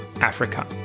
Africa